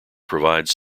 provides